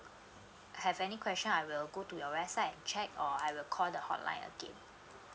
have any question I will go to your website check or I will call the hotline again